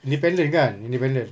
independence kan independence